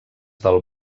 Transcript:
del